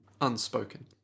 Unspoken